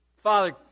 Father